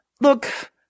Look